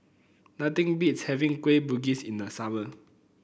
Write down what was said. nothing beats having Kueh Bugis in the summer